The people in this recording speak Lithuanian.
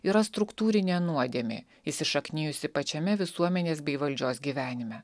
yra struktūrinė nuodėmė įsišaknijusi pačiame visuomenės bei valdžios gyvenime